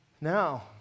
Now